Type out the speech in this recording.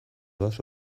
doaz